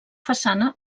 façana